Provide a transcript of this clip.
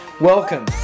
Welcome